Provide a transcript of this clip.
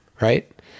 right